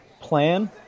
plan